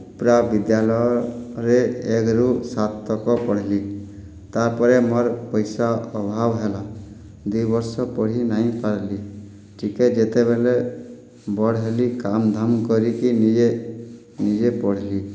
ଉପ୍ରା ବିଦ୍ୟାଲୟରେ ଏକ୍ ରୁ ସାତ ତକ୍ ପଢ଼ଲି ତାପରେ ମୋର ପଇସା ଅଭାବ ହେଲା ଦି ବର୍ଷ ପଢ଼ି ନାଇଁ ପାରଲି ଟିକେ ଯେତେବେଲେ ବଡ଼ ହେଲି କାମଧାମ୍ କରିକି ନିଜେ ନିଜେ ପଢ଼ଲି